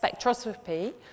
spectroscopy